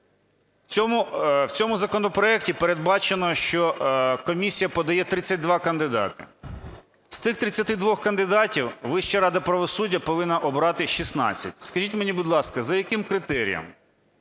В цьому законопроекті передбачено, що комісія подає 32 кандидати. З цих 32 кандидатів Вища рада правосуддя повинна обрати 16. Скажіть мені, будь ласка, за яким критерієм?